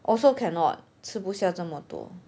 also cannot 吃不下这么多